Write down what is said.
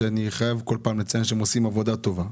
שאני חייב לציין כמו כל פעם שהם עושים עבודה טובה.